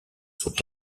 sont